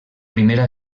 primera